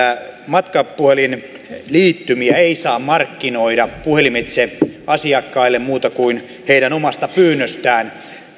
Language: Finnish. matkapuhelinliittymiä ei saa markkinoida puhelimitse asiakkaille muuta kuin heidän omasta pyynnöstään